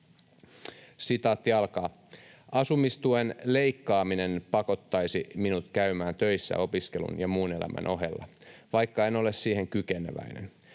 enää reilua.” ”Asumistuen leikkaaminen pakottaisi minut käymään töissä opiskelun ja muun elämän ohella, vaikka en ole siihen kykeneväinen.